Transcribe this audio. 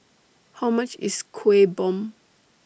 How much IS Kuih Bom